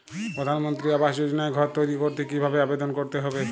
প্রধানমন্ত্রী আবাস যোজনায় ঘর তৈরি করতে কিভাবে আবেদন করতে হবে?